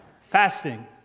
fasting